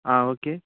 ஆ okay